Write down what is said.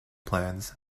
plans